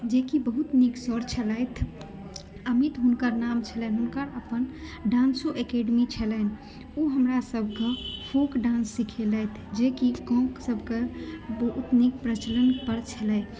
जेकि बहुत नीक सर छलथि अमित हुनकर नाम छलनि हुनकर अपन डान्सो एकेडमी छलनि ओ हमरासभकेँ फोल्क डान्स सिखेलथि जेकि गाँव सभके बहुत नीक प्रचलनपर छलै